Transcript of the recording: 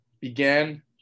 began